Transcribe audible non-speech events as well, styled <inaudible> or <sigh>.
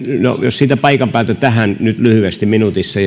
siitä paikan päältä nyt lyhyesti minuutissa <unintelligible>